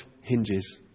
hinges